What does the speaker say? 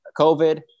COVID